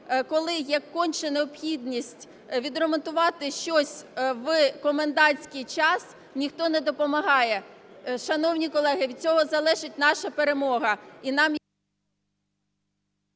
коли як конче необхідність відремонтувати щось в комендантський час, ніхто не допомагає. Шановні колеги, від цього залежить наша перемога,